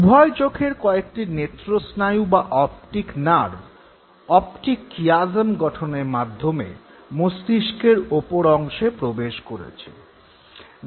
উভয় চোখের কয়েকটি নেত্রস্নায়ু বা অপটিক নার্ভ অপটিক কিয়াসম গঠনের মাধ্যমে মস্তিষ্কের অপর অংশে প্রবেশ করেছে